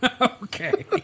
Okay